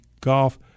golf